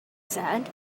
said